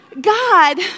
God